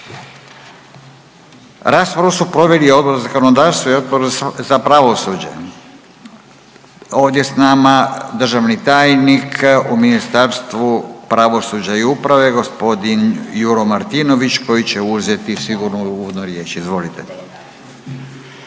Raspravu su proveli Odbor za zakonodavstvo i Odbor za pravosuđe. Ovdje s nama državni tajnik u Ministarstvu pravosuđa i uprave g. Juro Martinović koji će uzeti sigurno uvodnu riječ, izvolite.